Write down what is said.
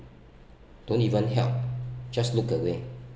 don't even help just look at me